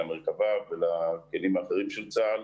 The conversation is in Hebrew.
למרכבה ולכלים האחרים של צה"ל,